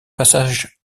passage